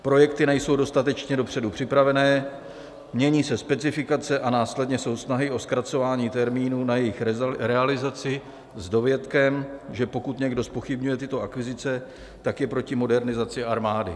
Projekty nejsou dostatečně dopředu připravené, mění se specifikace a následně jsou snahy o zkracování termínů na jejich realizaci s dovětkem, že pokud někdo zpochybňuje tyto akvizice, tak je proti modernizaci armády.